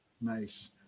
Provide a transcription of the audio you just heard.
nice